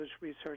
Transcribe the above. research